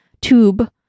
tube